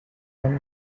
són